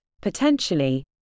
potentially